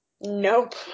Nope